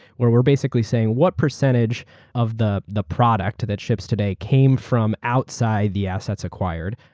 where we're basically saying what percentage of the the product that ships today came from outside the assets acquired,